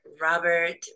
Robert